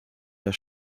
der